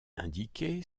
indiqué